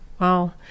Wow